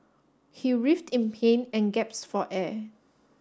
he writhed in pain and gasped for air